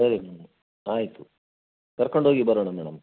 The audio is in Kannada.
ಸರಿ ಮೇ ಆಯಿತು ಕರ್ಕೊಂಡು ಹೋಗಿ ಬರೋಣ ಮೇಡಮ್